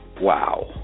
Wow